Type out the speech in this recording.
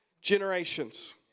generations